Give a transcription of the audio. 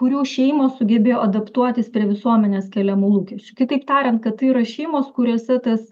kurių šeimos sugebėjo adaptuotis prie visuomenės keliamų lūkesčių kitaip tariant kad tai yra šeimos kuriose tas